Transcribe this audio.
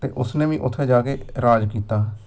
ਅਤੇ ਉਸਨੇ ਵੀ ਉੱਥੇ ਜਾ ਕੇ ਰਾਜ ਕੀਤਾ